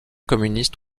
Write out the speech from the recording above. communistes